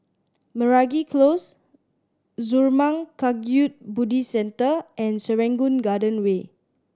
Meragi Close Zurmang Kagyud Buddhist Centre and Serangoon Garden Way